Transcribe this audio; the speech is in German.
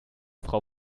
frau